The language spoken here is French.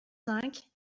cinq